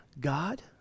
God